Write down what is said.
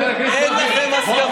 אין לכם הסכמות,